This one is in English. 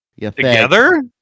Together